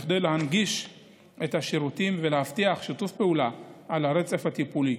כדי להנגיש את השירותים ולהבטיח שיתוף פעולה על הרצף הטיפולי.